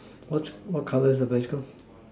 what what colour is your bicycle